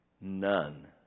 None